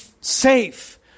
safe